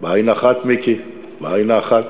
בעין האחת, מיקי, בעין האחת.